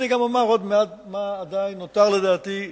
ואני גם אומר עוד מעט מה עדיין נותר לדעתי לבצע.